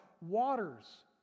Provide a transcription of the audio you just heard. waters